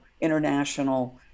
international